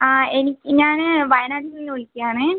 ആ എനി ഞാൻ വായനാട്ടിൽ നിന്ന് വിളിക്കുവാണേ